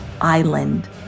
island